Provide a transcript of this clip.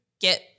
get